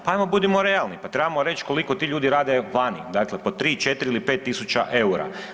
Pa ajmo budimo realni, pa trebamo reći koliko ti ljudi rade vani, dakle po 3, 4 ili 5 tisuća eura.